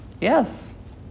Yes